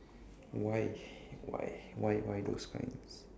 why why why why those kinds